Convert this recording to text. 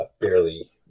barely